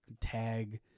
tag